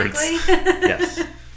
Yes